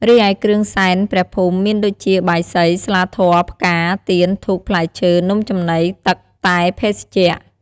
រីឯគ្រឿងសែនព្រះភូមិមានដូចជាបាយសី ស្លាធម៌ ផ្កា ទៀន ធូប ផ្លែឈើ នំចំណី ទឹក តែ ភេសជ្ជៈ ។